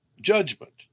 judgment